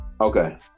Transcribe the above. Okay